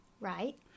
Right